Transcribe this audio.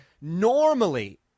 normally